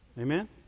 Amen